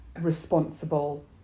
responsible